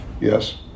Yes